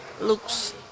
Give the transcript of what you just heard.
looks